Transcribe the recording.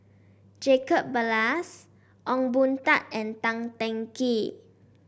Jacob Ballas Ong Boon Tat and Tan Teng Kee